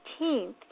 18th